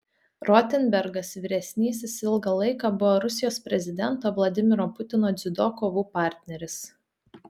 rotenbergas vyresnysis ilgą laiką buvo rusijos prezidento vladimiro putino dziudo kovų partneris